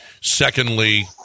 Secondly